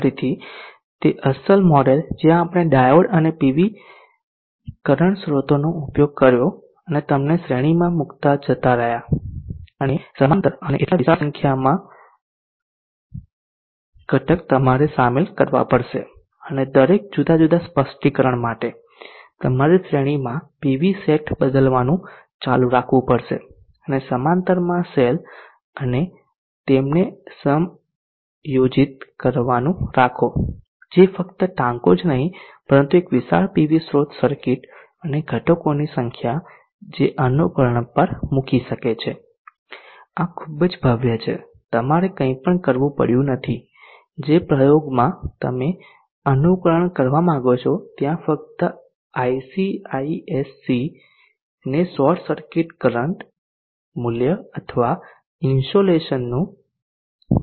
ફરીથી તે અસલ મોડેલ જ્યાં આપણે ડાયોડ અને કરંટ સ્રોતોનો ઉપયોગ કર્યો અને તેમને શ્રેણીમાં મુકતા જતા રહ્યા અને સમાંતર અને એટલા વિશાળ સંખ્યામાં ઘટક તમારે શામેલ કરવા પડશે અને દરેક જુદા જુદા સ્પષ્ટીકરણ માટે તમારે શ્રેણીમાં પીવી સેટ બદલવાનું ચાલુ રાખવું પડશે અને સમાંતરમાં સેલ અને તેમને સમાયોજિત કરવાનું રાખો જે ફક્ત ટાંકો જ નહીં પરંતુ એક વિશાળ પીવી સ્રોત સર્કિટ અને ઘટકોની સંખ્યા જે અનુકરણ પર મૂકી શકે છે આ ખૂબ જ ભવ્ય છે તમારે કંઇપણ કરવું પડ્યું નથી જે પ્રયોગ માં તમે અનુકરણ કરવા માંગો છો ત્યાં તમારે ફક્ત ICISC ને શોર્ટ સર્કિટ કરંટ મૂલ્ય અથવા ઇનસોલેશનનું મૂલ્ય આપવું પડશે